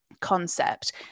concept